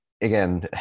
again